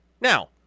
Now